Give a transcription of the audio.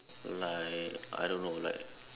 like I don't know like